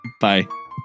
Bye